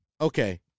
Okay